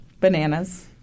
bananas